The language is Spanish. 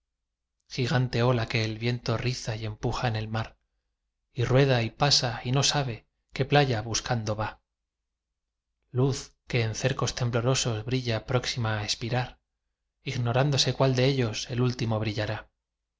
volverá gigante ola que el viento riza y empuja en el mar y rueda y pasa y no sabe qué playa buscando va luz que en cercos temblorosos brilla próxima á expirar ignorándose cuál de ellos el último brillará eso